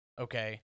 okay